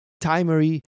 Timery